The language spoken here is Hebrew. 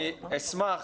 אני אשמח